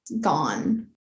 gone